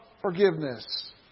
forgiveness